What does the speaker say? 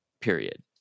period